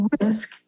risk